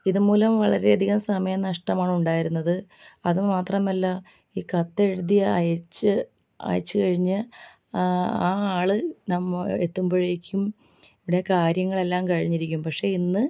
ഇത് മൂലം വളരെയധികം സമയം നഷ്ടമാണ് ഉണ്ടായിരുന്നത് അതുമാത്രമല്ല ഈ കത്ത് എഴുതി അയച്ച് അയച്ചു കഴിഞ്ഞ് ആ ആൾ നമ്മ എത്തുമ്പോഴേക്കും ഇവിടെ കാര്യങ്ങൾ എല്ലാം കഴിഞ്ഞിരിക്കും പക്ഷേ ഇന്ന്